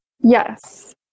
Yes